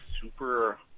super